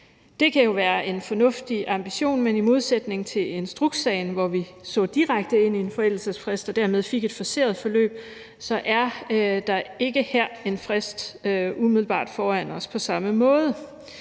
Det kan jo være en fornuftig ambition, men i modsætning til i instrukssagen, hvor vi så direkte ind i en forældelsesfrist og dermed fik et forceret forløb, er der ikke her en frist umiddelbart foran os på samme måde.